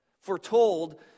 foretold